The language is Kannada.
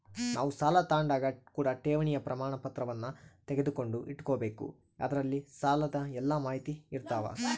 ನಾವು ಸಾಲ ತಾಂಡಾಗ ಕೂಡ ಠೇವಣಿಯ ಪ್ರಮಾಣಪತ್ರವನ್ನ ತೆಗೆದುಕೊಂಡು ಇಟ್ಟುಕೊಬೆಕು ಅದರಲ್ಲಿ ಸಾಲದ ಎಲ್ಲ ಮಾಹಿತಿಯಿರ್ತವ